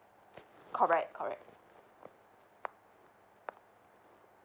correct correct